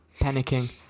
Panicking